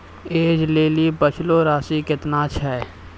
ऐज लेली बचलो राशि केतना छै?